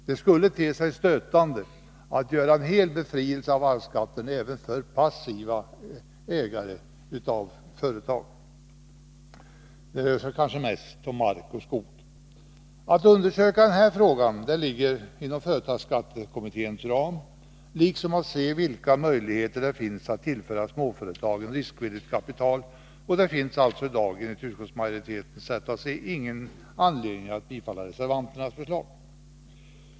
Det skulle te sig stötande att helt befria även passiva ägare av företag från arvsskatt; det rör sig här kanske mest om ägare av mark och skog. Att undersöka den frågan ligger inom företagsskattekommitténs ram, liksom att se vilka möjligheter det finns att tillföra småföretagen riskvilligt kapital. Det finns alltså i dag enligt utskottsmajoritetens sätt att se ingen anledning att bifalla reservanternas förslag.